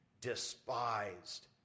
despised